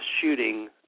shooting